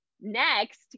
next